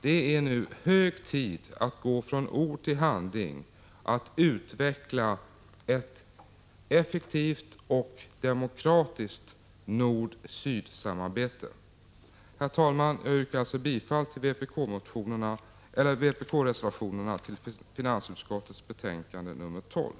Det är nu hög tid att gå från ord till handling, att utveckla ett effektivt och demokratiskt nord-syd-samarbete. Herr talman! Jag yrkar bifall till vpk-reservationerna som är fogade till finansutskottets betänkande 12.